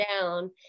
down